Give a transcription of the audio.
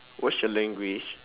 watch your language